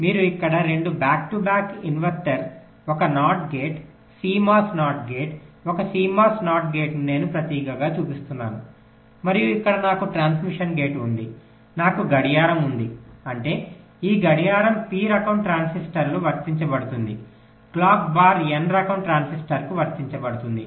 మీరు ఇక్కడ రెండు బ్యాక్ టు బ్యాక్ ఇన్వర్టర్లు ఒక NOT gate CMOS NOT gate ఒక CMOS NOT గేట్ నేను ప్రతీకగా చూపిస్తున్నాను మరియు ఇక్కడ నాకు ట్రాన్స్మిషన్ గేట్ ఉంది నాకు గడియారం ఉంది అంటే ఈ గడియారం p రకం ట్రాన్సిస్టర్కు వర్తించబడుతుంది క్లాక్ బార్ n రకం ట్రాన్సిస్టర్కు వర్తించబడుతుంది